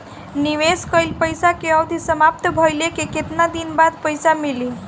निवेश कइल पइसा के अवधि समाप्त भइले के केतना दिन बाद पइसा मिली?